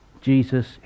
Jesus